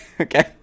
Okay